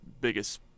biggest